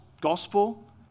gospel